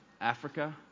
Africa